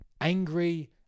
angry